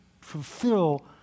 fulfill